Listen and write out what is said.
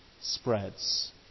spreads